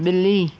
बि॒ली